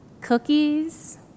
cookies